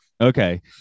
Okay